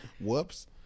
Whoops